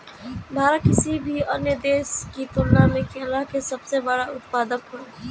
भारत किसी भी अन्य देश की तुलना में केला के सबसे बड़ा उत्पादक ह